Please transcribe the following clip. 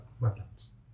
weapons